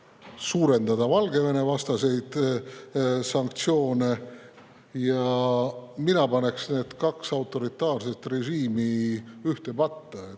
suurendada ka Valgevene-vastaseid sanktsioone. Ja mina paneksin need kaks autoritaarset režiimi ühte patta: